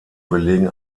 belegen